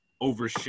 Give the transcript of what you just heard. over –